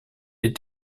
est